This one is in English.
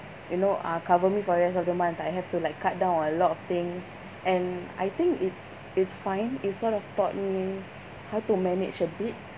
you know uh cover me for the rest of the month I have to like cut down on a lot of things and I think it's it's fine it sort of taught me how to manage a bit